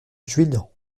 juillan